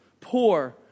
poor